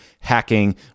hacking